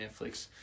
Netflix